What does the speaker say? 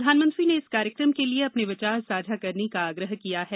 प्रधानमंत्री ने इस कार्यक्रम के लिए अपने विचार साझा करने का आग्रह किया है